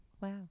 Wow